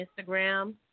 Instagram